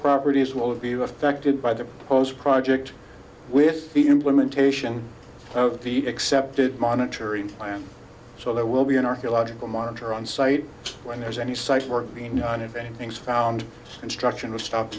properties will be affected by the project with the implementation of the accepted monitoring plan so there will be an archaeological monitor on site when there's any site for the nonevent things found construction was stopped